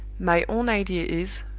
my own idea is,